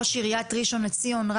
ראש עיריית ראשון לציון.